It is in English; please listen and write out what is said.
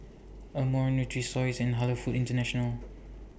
Amore Nutrisoy and Halal Foods International